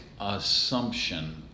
assumption